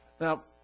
Now